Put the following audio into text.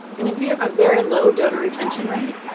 and if you have a very low donor retention rate,